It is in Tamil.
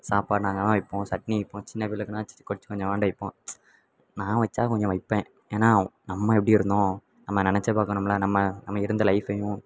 சாப்பாடு நாங்கள்தான் வைப்போம் சட்னி வைப்போம் சின்ன பிள்ளைங்களுக்குன்னால் கொஞ்சம் கொஞ்சோண்டு வைப்போம் நான் வைச்சா கொஞ்சம் வைப்பேன் ஏன்னால் நம்ம எப்படி இருந்தோம் நம்ம நினச்சி பார்க்கணும்ல நம்ம நம்ம இருந்த லைஃப்பையும்